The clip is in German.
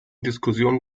diskussionen